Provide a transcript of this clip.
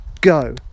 go